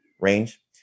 range